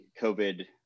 COVID